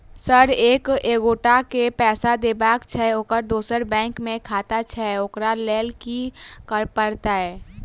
Sir एक एगोटा केँ पैसा देबाक छैय ओकर दोसर बैंक मे खाता छैय ओकरा लैल की करपरतैय?